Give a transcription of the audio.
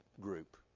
group